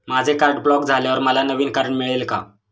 माझे card block झाल्यावर मला नवीन कार्ड मिळेल का?